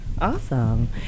Awesome